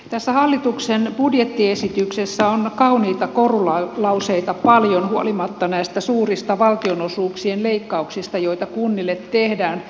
tässä hallituksen budjettiesityksessä on kauniita korulauseita paljon huolimatta näistä suurista valtionosuuksien leikkauksista joita kunnille tehdään